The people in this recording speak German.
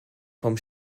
vom